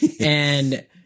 And-